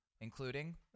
including